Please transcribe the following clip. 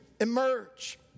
emerge